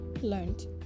learned